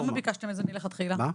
למה?